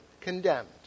condemned